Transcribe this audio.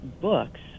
books